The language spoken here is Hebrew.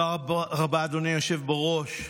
תודה רבה, אדוני היושב-ראש.